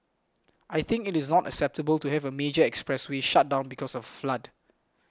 I think it is not acceptable to have a major expressway shut down because of a flood